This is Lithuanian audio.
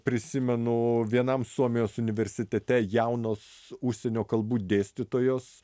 prisimenu vienam suomijos universitete jaunos užsienio kalbų dėstytojos